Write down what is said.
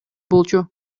болчу